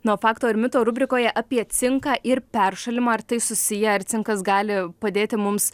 na o fakto ir mito rubrikoje apie cinką ir peršalimą ar tai susiję ar cinkas gali padėti mums